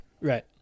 Right